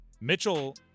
Mitchell